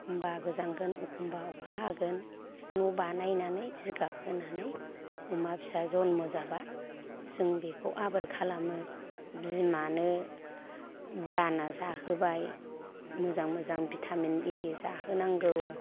एखमब्ला गोजांगोन एखमब्ला अखा हागोन न' बानायनानै जिगाब होनानै अमा फिसा जनम' जाब्ला जों बेखौ आबार खालामो बिमानो दाना जाहोबाय मोजां मोजां भिटामिन इरि जाहोनांगौ